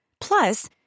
Plus